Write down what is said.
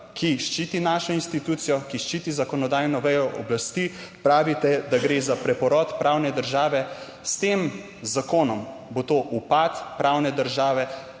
ki ščiti našo institucijo, ki ščiti zakonodajno vejo oblasti. Pravite, da gre za preporod pravne države. S tem zakonom bo to upad pravne države,